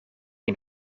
een